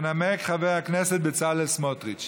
חבר הכנסת בצלאל סמוטריץ.